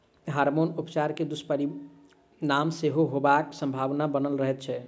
hormone उपचार के दुष्परिणाम सेहो होयबाक संभावना बनल रहैत छै